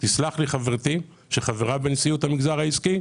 תסלח לי חברתי שחברה בנשיאות המגזר העסקי,